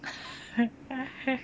!huh!